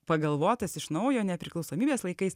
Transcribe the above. pagalvotas iš naujo nepriklausomybės laikais